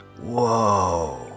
Whoa